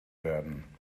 werden